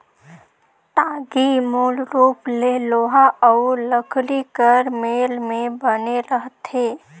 टागी मूल रूप ले लोहा अउ लकरी कर मेल मे बने रहथे